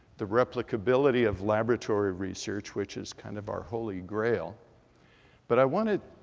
the replicability of laboratory research which is kind of our holy grail but i want to